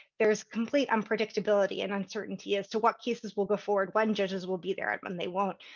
there is complete unpredictability and uncertainty as to what cases will go forward, when judges will be there, and when they won't.